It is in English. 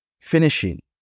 finishing